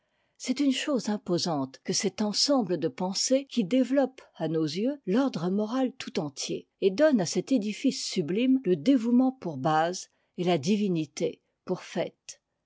c'est une chose imposante que cet ensemble de pensées qui développe à nos yeux l'ordre moral tout entier et donne à cet édifice sublime le dévouement pour base et la divinité pour faîte